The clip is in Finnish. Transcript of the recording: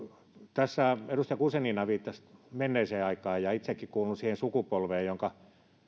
edustaja guzenina viittasi menneeseen aikaan ja itsekin kuulun siihen sukupolveen jonka